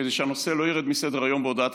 שכדי שהנושא לא ירד מסדר-היום בהודעת